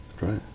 Right